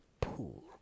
pool